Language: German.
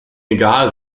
egal